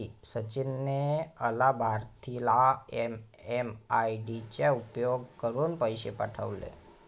सचिन ने अलाभार्थीला एम.एम.आय.डी चा उपयोग करुन पैसे पाठवले